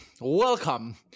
welcome